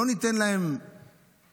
לא ניתן להם וילה,